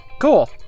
Cool